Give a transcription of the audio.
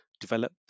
develop